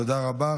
תודה רבה.